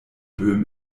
böhm